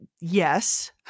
Yes